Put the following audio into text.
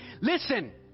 listen